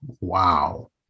Wow